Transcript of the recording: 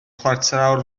chwarter